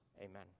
amen